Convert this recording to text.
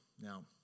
Now